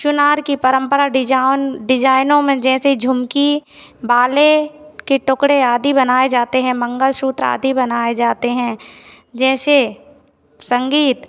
सोनार की परम्परा डिजाइन डिजाइनों में जैसे झुमकी बाले के टुकड़े आदि बनाए जाते हैं मंगलसूत्र आदि बनाए जाते हैं जैसे संगीत